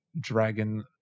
dragon